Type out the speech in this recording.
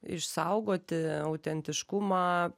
išsaugoti autentiškumą